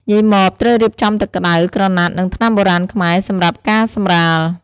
យាយម៉៉បត្រូវរៀបចំទឹក្ដៅ ក្រណាត់ និងថ្នាំបុរាណខ្មែរ សម្រាប់ការសម្រាល។